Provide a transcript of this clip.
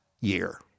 year